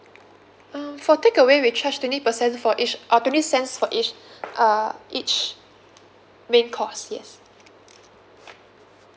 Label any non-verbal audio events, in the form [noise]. um for takeaway we charge twenty percent for each uh twenty cents for each [breath] uh each main course yes